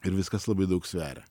ir viskas labai daug sveria